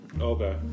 Okay